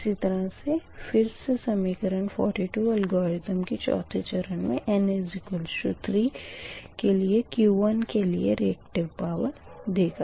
इसी तरह से फिर से समीकरण 42 अलगोरिथम के चौथे चरण मे n3 के लिए Q1 के लिए रीयक्टिव पावर देगा